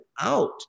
out